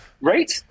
right